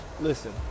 Listen